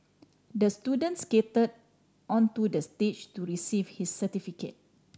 the student skate onto the stage to receive his certificate